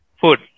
food